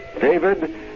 David